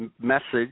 message